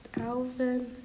Alvin